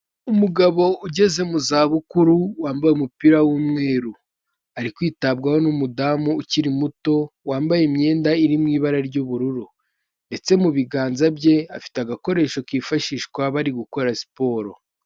Umugabo ugeze mu za bukuru wambaye umupira w'umweru, ari kwitabwaho n'umudamu ukiri muto wambaye imyenda iri mu ibara ry'ubururu ndetse mu biganza bye afite agakoresho kifashishwa bari gukora siporo.